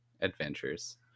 adventures